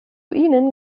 ihnen